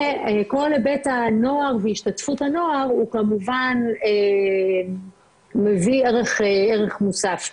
וכל היבט הנוער והשתתפות הנוער הוא כמובן מביא ערך מוסף.